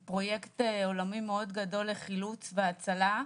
ועל הגבול במין פרויקט מאוד גדול לחילוץ והצלה,